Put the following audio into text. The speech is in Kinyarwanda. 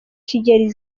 kigeli